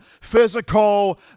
physical